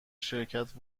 شرکت